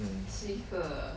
mm